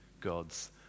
God's